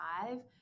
five